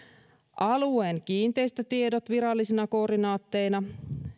alueen kiinteistötiedot virallisina koordinaatteina